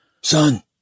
Son